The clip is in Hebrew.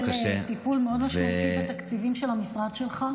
טיפול מאוד משמעותי בתקציבים של המשרד שלך.